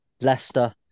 Leicester